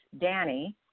Danny